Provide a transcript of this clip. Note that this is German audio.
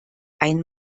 ein